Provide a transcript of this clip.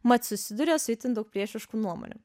mat susiduria su itin daug priešiškų nuomonių